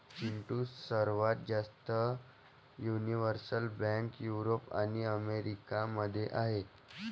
चिंटू, सर्वात जास्त universal bank Europe आणि अमेरिका मध्ये आहेत